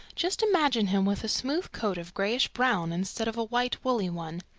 just imagine him with a smooth coat of grayish-brown instead of a white woolly one,